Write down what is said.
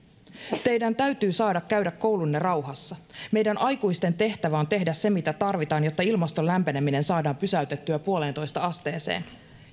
teidän täytyy saada käydä koulunne rauhassa meidän aikuisten tehtävä on tehdä se mitä tarvitaan jotta ilmaston lämpeneminen saadaan pysäytettyä yhteen pilkku viiteen asteeseen